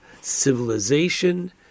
civilization